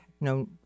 no